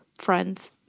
friends